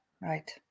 Right